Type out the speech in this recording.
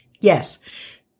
Yes